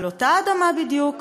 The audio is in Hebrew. על אותה אדמה בדיוק,